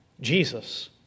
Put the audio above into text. Jesus